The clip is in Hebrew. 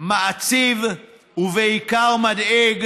מעציב ובעיקר מדאיג,